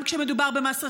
גם כשמדובר במס רכוש,